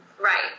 Right